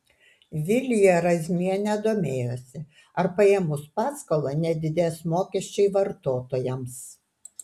vilija razmienė domėjosi ar paėmus paskolą nedidės mokesčiai vartotojams